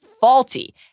faulty